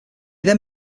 then